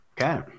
Okay